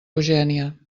eugènia